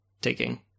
taking